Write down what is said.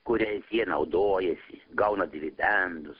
kuriais jie naudojasi gauna dividendus